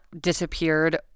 disappeared